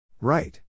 Right